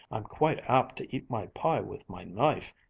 i'm quite apt to eat my pie with my knife,